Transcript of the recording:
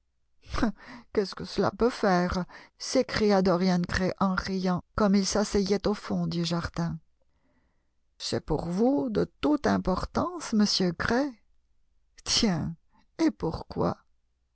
ouest ce que cela peut faire s'écria dorian gray en riant comme il s'asseyait au fond du jardin c'est pour vous de toute importance monsieur gray tiens et pourquoi